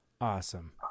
Awesome